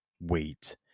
wait